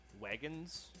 wagons